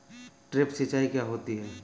Drip सिंचाई क्या होती हैं?